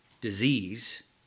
disease